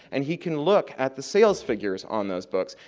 and he can look at the sales figures on those books,